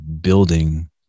building